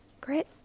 Great